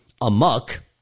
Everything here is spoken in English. amok